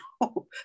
No